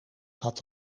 had